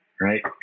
right